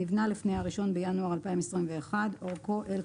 (2) נבנה לפני ה-1 בינואר 2021. (3) אורכו (L),